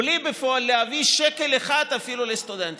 בלי להביא בפועל אפילו שקל אחד לסטודנטים.